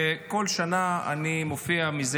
ובכל שנה אני מופיע על הדוכן,